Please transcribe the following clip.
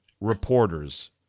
reporters